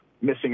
missing